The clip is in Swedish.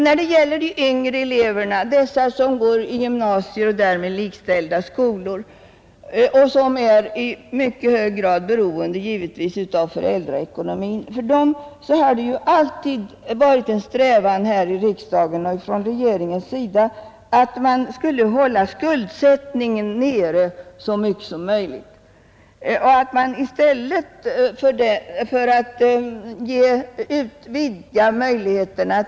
När det gäller de yngre eleverna, som går i gymnasier eller med dem likställda skolor och som i mycket hög grad är beroende av föräldrarnas ekonomi, har både riksdagen och regeringen under alla år sedan 1964 strävat efter att deras skuldsättning så mycket som möjligt skulle hållas nere.